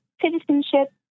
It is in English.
citizenship